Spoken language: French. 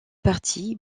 parties